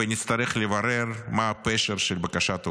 ונצטרך לברר מה הפשר של בקשת האוצר.